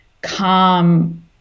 calm